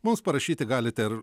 mums parašyti galite ir